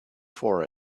for